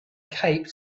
cape